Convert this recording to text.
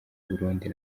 burundi